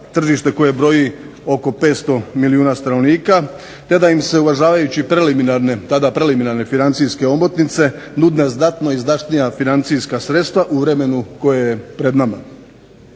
tržište koje broji oko 500 milijuna stanovnika, te da im se uvažavajući preliminarne, tada preliminarne financijske omotnice nude znatno izdašnija financijska sredstva u vremenu koje je pred nama.